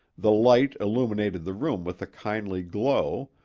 the light illuminated the room with a kindly glow,